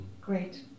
Great